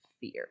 fear